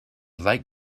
light